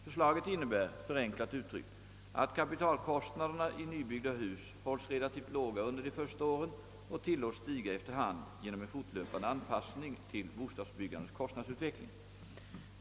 Förslaget innebär, förenklat uttryckt, att kapitalkostnaderna i nybyggda hus hålls relativt låga under de första åren och tillåts stiga efter hand genom en fortlöpande anpassning till bostadsbyggandets kostnadsutveckling.